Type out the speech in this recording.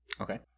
Okay